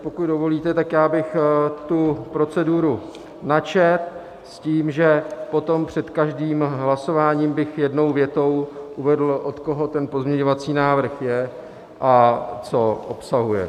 Pokud dovolíte, tak já bych proceduru načetl s tím, že potom před každým hlasováním bych jednou větou uvedl, od koho ten pozměňovací návrh je a co obsahuje.